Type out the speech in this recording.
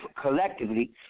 Collectively